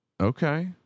Okay